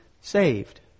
saved